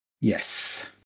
Yes